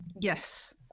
yes